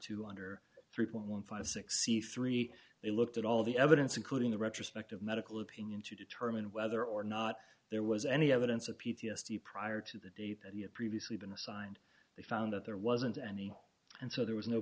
to under three one hundred and fifty six e three they looked at all the evidence including the retrospective medical opinion to determine whether or not there was any evidence of p t s d prior to the date that he had previously been assigned they found that there wasn't any and so there was no